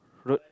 road